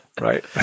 right